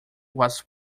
was